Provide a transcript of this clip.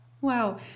Wow